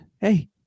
Hey